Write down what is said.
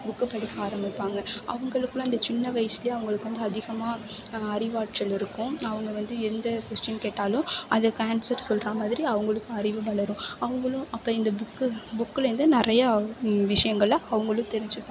புக்கை படிக்க ஆரம்பிப்பாங்க அவங்களுக்குலாம் இந்த சின்ன வயசிலியே அவங்களுக்கு வந்து அதிகமாக அறிவாற்றல் இருக்கும் அவங்க வந்து எந்த கொஸ்டீன் கேட்டாலும் அதுக்கு ஆன்ஸர் சொல்கிறா மாதிரி அவங்களுக்கும் அறிவு வளரும் அவங்களும் அப்போ இந்த புக்கை புக்குலேருந்து நிறைய விஷயங்கள அவங்களும் தெரிஞ்சுப்பாங்க